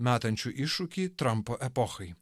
metančiu iššūkį trampo epochai